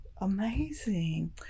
Amazing